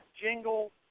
jingle